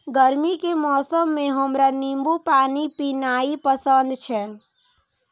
गर्मी के मौसम मे हमरा नींबू पानी पीनाइ पसंद छै